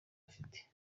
bafite